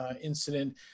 incident